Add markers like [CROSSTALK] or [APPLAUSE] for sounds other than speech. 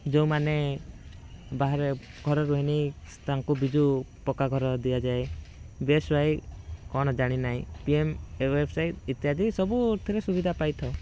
ଯୋଉମାନେ ବାହାରେ ଘର ରୁହେନି ତାଙ୍କୁ ବିଜୁ ପକ୍କାଘର ଦିଆଯାଏ [UNINTELLIGIBLE] କଣ ଜାଣିନାହିଁ ପିଏମ [UNINTELLIGIBLE] ଇତ୍ୟାଦି ସବୁଥିରେ ସୁବିଧା ପାଇଥାଉ